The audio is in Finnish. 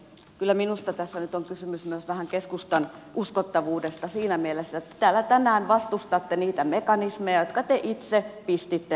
kyllä minusta tässä nyt on kysymys myös vähän keskustan uskottavuudesta siinä mielessä että te täällä tänään vastustatte niitä mekanismeja jotka te itse pistitte alulle